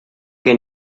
que